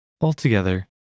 Altogether